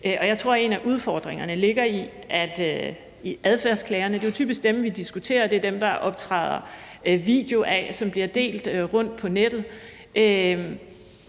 Jeg tror, at en af udfordringerne ligger i, at adfærdsklagerne – og det er jo typisk dem, vi diskuterer, og det er dem, der optræder video af, som bliver delt rundt på nettet